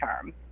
term